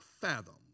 fathom